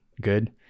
good